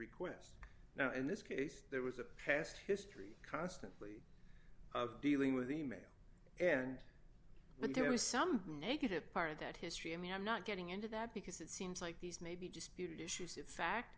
request now in this case there was a past history constantly dealing with email and but there was some negative part of that history i mean i'm not getting into that because it seems like these may disputed issues of fact